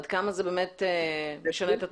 עד כמה זה באמת משנה את התמונה?